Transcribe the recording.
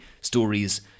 stories